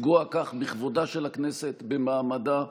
לפגוע כך בכבודה של הכנסת, במעמדה,